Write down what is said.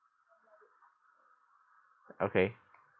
okay